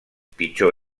pitjor